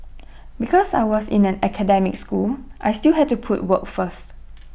because I was in an academic school I still had to put work first